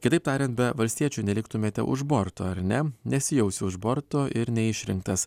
kitaip tariant be valstiečių neliktumėte už borto ar ne nesijausiu už borto ir neišrinktas